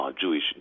Jewish